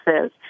says